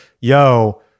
yo